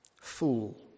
Fool